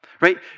Right